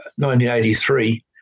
1983